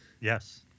Yes